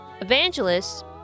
evangelists